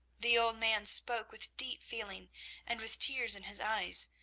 the old man spoke with deep feeling and with tears in his eyes,